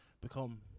become